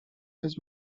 his